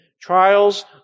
Trials